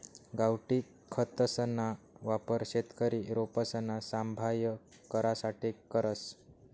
गावठी खतसना वापर शेतकरी रोपसना सांभाय करासाठे करस